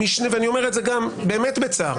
ואני אומר את זה גם באמת בצער,